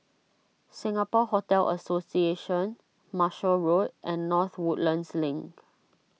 Singapore Hotel Association Marshall Road and North Woodlands Link